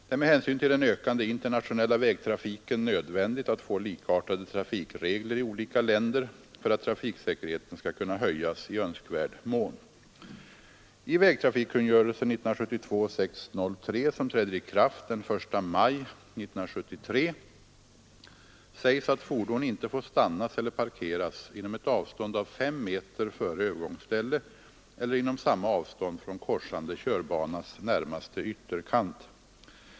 Det är med hänsyn till den ökande internationella vägtrafiken nödvändigt att få likartade trafikregler i olika länder för att trafiksäkerheten skall kunna höjas i önskvärd mån. I vägtrafikkungörelsen , som träder i kraft den 1 maj 1973, sägs att fordon inte får stannas eller parkeras inom ett avstånd av fem meter före övergångsställe eller inom samma avstånd från korsande körbanas närmaste ytterkant.